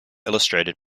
illustrated